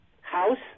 House